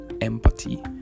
empathy